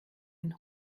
ein